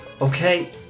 Okay